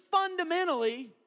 fundamentally